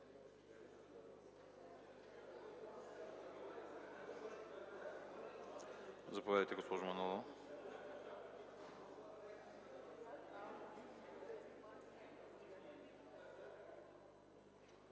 Заповядайте, госпожо Манолова.